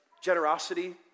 generosity